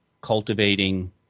cultivating